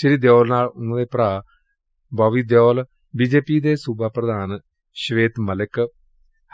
ਸ੍ਰੀ ਦਿਉਲ ਨਾਲ ਉਨੁਾ ਦੇ ਭਰਾ Bobby Deol B J P ਦੇ ਸੁਬਾ ਪ੍ਰਧਾਨ ਸ਼ਵੇਤ ਮਲਿਕ